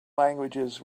languages